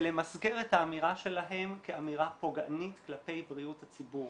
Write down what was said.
ולמסגר את האמירה שלהם כאמירה פוגענית כלפי בריאות הציבור.